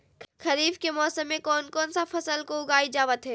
खरीफ के मौसम में कौन कौन सा फसल को उगाई जावत हैं?